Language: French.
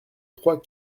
trois